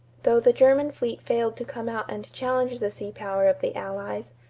though the german fleet failed to come out and challenge the sea power of the allies,